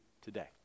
today